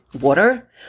water